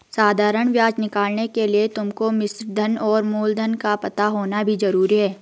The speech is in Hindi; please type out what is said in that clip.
साधारण ब्याज निकालने के लिए तुमको मिश्रधन और मूलधन का पता होना भी जरूरी है